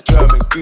German